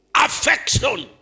affection